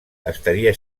estaria